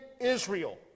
Israel